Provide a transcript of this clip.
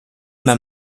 man